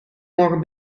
morgen